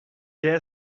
què